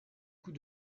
coup